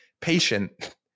patient